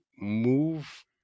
move